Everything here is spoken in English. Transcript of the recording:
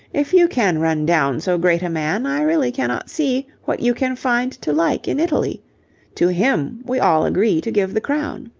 if you can run down so great a man, i really cannot see what you can find to like in italy to him we all agree to give the crown